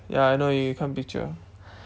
ya I know you can't picture